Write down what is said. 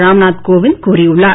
ராம் நாத் கோவிந்த் கூறியுள்ளார்